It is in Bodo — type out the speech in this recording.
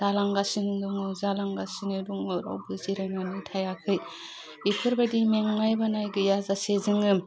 दालांगासिनो दङ जालांगासिनो दङ रावबो जिरायनानै थायाखै बेफोरबायदि मेंनाय बानाय गैयाजासे जोङो